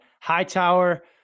Hightower